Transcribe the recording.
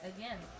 Again